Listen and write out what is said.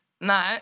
no